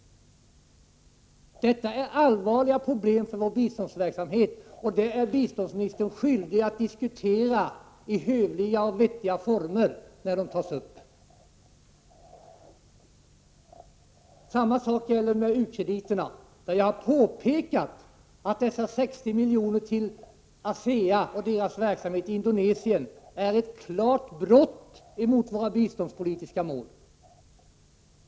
Detta är allvarliga problem för vår biståndsverksamhet. Biståndsministern är skyldig att diskutera dem i hövliga och vettiga former när de tas upp. Detsamma gäller för u-krediterna. Jag har påpekat att dessa 60 milj.kr. till ASEA och dess verksamhet i Indonesien är ett klart brott mot våra biståndspolitiska mål.